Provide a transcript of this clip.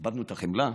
איבדנו את החמלה?